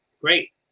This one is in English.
Great